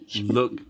Look